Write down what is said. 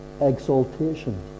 exaltation